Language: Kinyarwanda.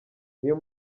niyo